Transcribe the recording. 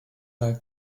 like